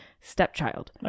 stepchild